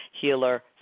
Healer